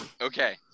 Okay